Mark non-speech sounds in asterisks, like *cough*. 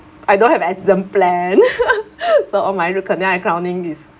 I don't have accident plan *laughs* so all root canal and crowning is